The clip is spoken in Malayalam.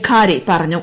ഖാരെ പറഞ്ഞു